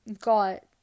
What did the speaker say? got